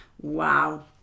Wow